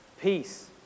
peace